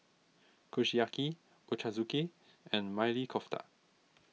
Kushiyaki Ochazuke and Maili Kofta